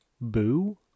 boo